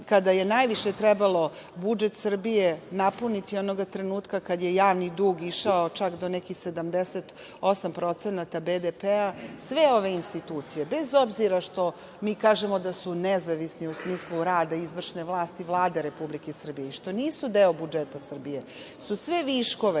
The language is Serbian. zaista najviše trebalo budžet Srbije napuniti onoga trenutka kada je javni dug išao čak do 78% BDP, sve ove institucije, bez obzira što mi kažemo da su nezavisne u smislu rada izvršne vlasti Vlade Republike Srbije i što nisu deo budžeta Srbije su sve viškove